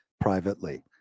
privately